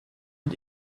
and